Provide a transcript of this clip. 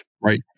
right